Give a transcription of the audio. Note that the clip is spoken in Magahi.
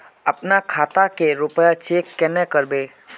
अपना खाता के रुपया चेक केना करबे?